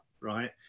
right